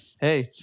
Hey